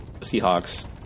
Seahawks